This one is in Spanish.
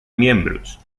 miembros